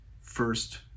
first